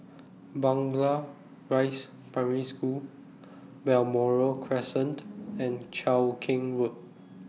Blangah Rise Primary School Balmoral Crescent and Cheow Keng Road